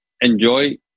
enjoy